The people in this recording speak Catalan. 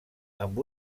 amb